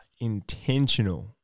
intentional